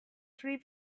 three